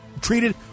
treated